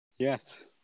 Yes